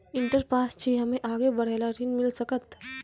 Inter pass छी हम्मे आगे पढ़े ला ऋण मिल सकत?